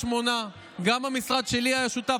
גם המשרד שלי היה שותף.